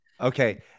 Okay